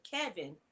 Kevin